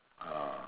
ah